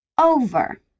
over